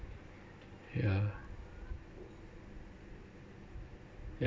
ya yup